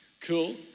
Cool